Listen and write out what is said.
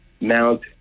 mount